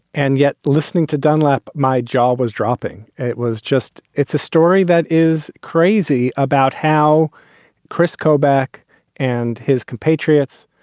and yet listening to dunlap, my jaw was dropping. it was just it's a story that is crazy about how kris kobach and his compatriots,